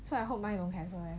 so I hope mine don't cancel leh